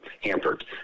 hampered